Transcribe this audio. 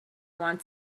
want